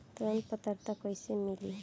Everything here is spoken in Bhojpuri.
ऋण पात्रता कइसे मिली?